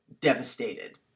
devastated